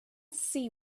see